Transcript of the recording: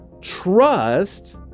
trust